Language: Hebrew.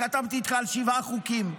חתמתי איתך על שבעה חוקים.